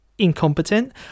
incompetent